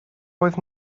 oedd